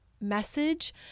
message